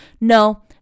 no